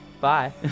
bye